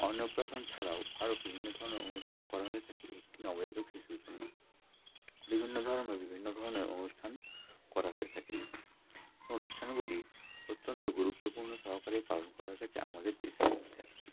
অন্নপ্রাশন ছাড়াও আরো বিভিন্ন ধরনের অনুষ্ঠান করা হয়ে থাকে একটি নবজাতক শিশুর জন্য বিভিন্ন ধর্মের বিভিন্ন ধরনের অনুষ্ঠান করা হয়ে থাকে অনুষ্ঠানগুলি অত্যন্ত গুরুত্বপূর্ণ সহকারে পালন করা হয়ে থাকে আমাদের দেশের মধ্যে